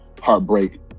heartbreak